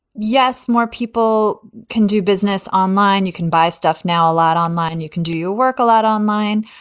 yes, more people can do business online. you can buy stuff now a lot online. you can do your work a lot online.